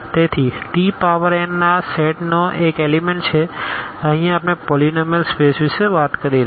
તેથી t power n આ સેટનો એક એલીમેન્ટ છે અહીં આપણે પોલીનોમીઅલ સ્પેસ વિશે વાત કરી રહ્યાં છે